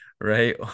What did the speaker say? right